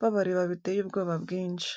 babareba biteye ubwoba bwinshi.